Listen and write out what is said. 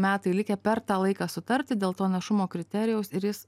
metai likę per tą laiką sutarti dėl to našumo kriterijaus ir jis